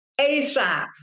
ASAP